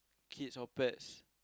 kids or pets